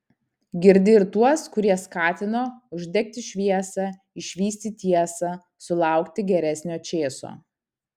girdi ir tuos kurie skatino uždegti šviesą išvysti tiesą sulaukti geresnio čėso